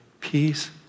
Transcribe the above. peace